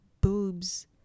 boobs